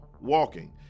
walking